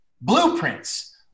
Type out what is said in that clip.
Blueprints